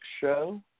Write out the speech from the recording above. show